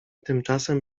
tymczasem